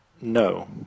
No